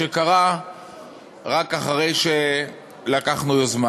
שקרה רק אחרי שלקחנו יוזמה.